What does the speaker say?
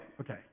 okay